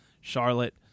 Charlotte